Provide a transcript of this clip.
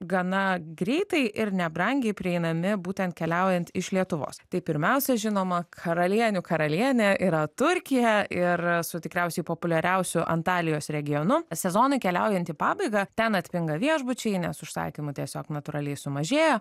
gana greitai ir nebrangiai prieinami būtent keliaujant iš lietuvos tai pirmiausia žinoma karalienių karalienė yra turkija ir su tikriausiai populiariausiu antalijos regionu sezonui keliaujant į pabaigą ten atpinga viešbučiai nes užsakymų tiesiog natūraliai sumažėja